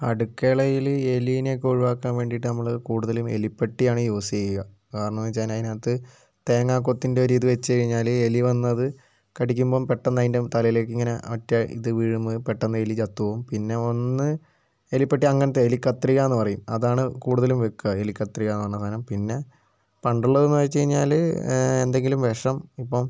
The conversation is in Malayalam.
അടുക്കളയിൽ എലീനെ ഒക്കെ ഒഴിവാക്കാൻ വേണ്ടിയിട്ട് നമ്മൾ കൂടുതലും എലിപ്പെട്ടിയാണ് യൂസ് ചെയ്യുക കാരണം എന്നു വച്ചാൽ അതിന് അതിനകത്ത് തേങ്ങാക്കൊത്തിൻ്റെ ഒരു ഇതു വച്ചു കഴിഞ്ഞാൽ എലി വന്ന് അത് കടിക്കുമ്പം പെട്ടെന്ന് അതിൻ്റെ തലയിലേക്ക് ഇങ്ങനെ ഒറ്റ ഇതു വീഴുമ്പോൾ പെട്ടെന്ന് എലി ചത്തുപോവും പിന്നെ ഒന്ന് എലിപ്പെട്ടി അങ്ങനത്തെ എലിക്കത്രികയെന്ന് പറയും അതാണ് കൂടുതലും വയ്ക്കുക എലിക്കത്രികയെന്ന് പറഞ്ഞ സാധനം പിന്നെ പണ്ട് ഉള്ളതെന്ന് വച്ചു കഴിഞ്ഞാൽ എന്തെങ്കിലും വിഷം ഇപ്പം